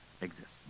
exists